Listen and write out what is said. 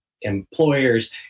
employers